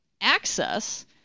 access